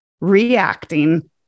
reacting